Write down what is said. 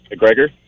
McGregor